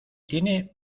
tiene